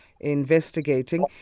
investigating